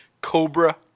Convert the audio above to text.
Cobra